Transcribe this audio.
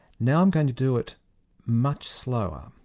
now i'm going to do it much slower.